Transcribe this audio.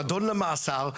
נידון למאסר,